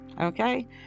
Okay